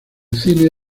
cine